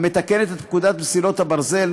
המתקנת את פקודת מסילות הברזל ,